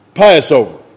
Passover